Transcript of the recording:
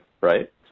Right